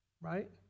right